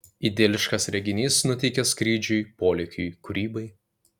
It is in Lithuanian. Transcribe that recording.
idiliškas reginys nuteikia skrydžiui polėkiui kūrybai